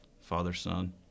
father-son